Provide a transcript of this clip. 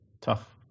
Tough